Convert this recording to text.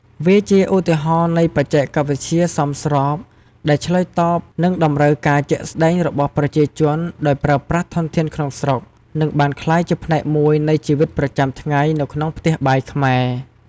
វាជាឧទាហរណ៍នៃបច្ចេកវិទ្យាសមស្រប ដែលឆ្លើយតបនឹងតម្រូវការជាក់ស្តែងរបស់ប្រជាជនដោយប្រើប្រាស់ធនធានក្នុងស្រុក និងបានក្លាយជាផ្នែកមួយនៃជីវិតប្រចាំថ្ងៃនៅក្នុងផ្ទះបាយខ្មែរ។